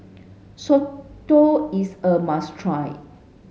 Soto is a must try